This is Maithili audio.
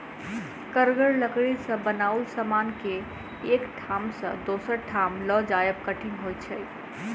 कड़गर लकड़ी सॅ बनाओल समान के एक ठाम सॅ दोसर ठाम ल जायब कठिन होइत छै